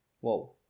Whoa